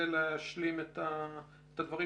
להשלים את הדברים